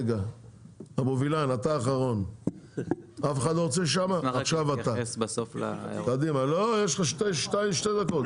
אבו וילן, יש לך שתי דקות.